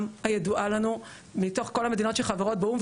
הידועה לנו מתוך כל המדינות שחברות באו"ם,